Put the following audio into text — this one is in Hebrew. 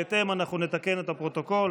בהתאם אנחנו נתקן את הפרוטוקול.